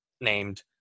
named